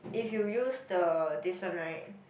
if you use the this one right